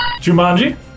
Jumanji